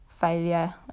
failure